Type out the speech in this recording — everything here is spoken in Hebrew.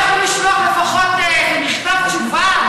לא יכלו לשלוח לפחות מכתב תשובה?